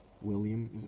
William